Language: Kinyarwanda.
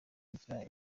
kugira